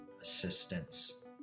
assistance